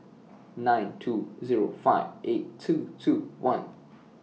nine two Zero five eight two two one